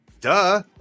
Duh